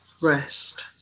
rest